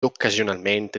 occasionalmente